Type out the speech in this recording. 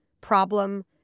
problem